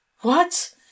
What